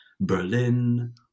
Berlin